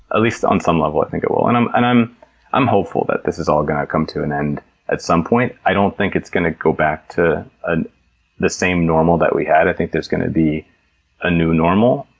at least on some level, i think it will. and i'm and i'm hopeful that this is all going to come to an end at some point. i don't think it's going to go back to ah the the same normal that we had. i think there's going to be a new normal,